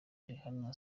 rihanna